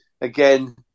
Again